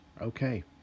Okay